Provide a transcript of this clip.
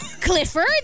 Clifford